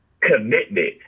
commitment